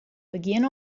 begjin